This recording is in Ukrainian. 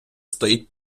стоїть